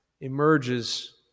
emerges